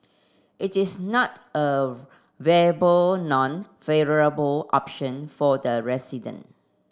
it is not a viable nor favourable option for the resident